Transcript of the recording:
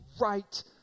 right